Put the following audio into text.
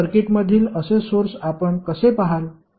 तर सर्किटमधील असे सोर्स आपण कसे पहाल